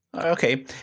Okay